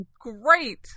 great